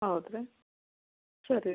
ಹೌದ್ರ್ಯಾ ಸರಿ